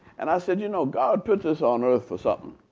and i said, you know, god put this on earth for something.